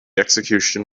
execution